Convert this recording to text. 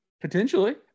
Potentially